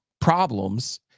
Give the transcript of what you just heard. problems